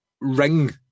Ring